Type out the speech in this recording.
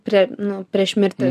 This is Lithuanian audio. prie nu prieš mirtį